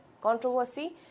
controversy